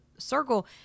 Circle